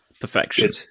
Perfection